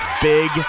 big